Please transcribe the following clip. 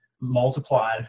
multiplied